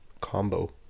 combo